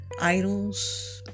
Idols